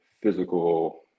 physical